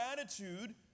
attitude